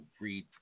read